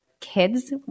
kids